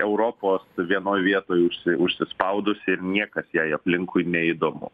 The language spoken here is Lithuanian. europos vienoj vietoj užsi užsispaudusi niekas jai aplinkui neįdomu